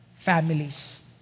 families